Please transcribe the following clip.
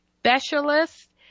specialist